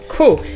Cool